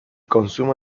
consumo